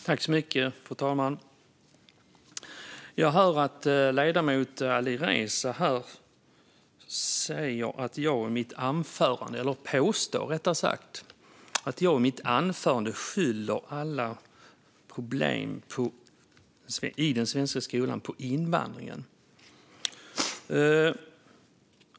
Fru talman! Jag hör att ledamoten Alireza påstår att jag i mitt anförande skyller alla problem i den svenska skolan på invandringen.